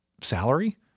salary